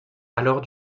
alors